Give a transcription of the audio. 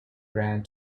grand